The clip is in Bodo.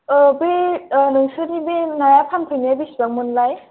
अ' बे नोंसोरनि बे ना फानफैनाया बिसिबांमोनलाय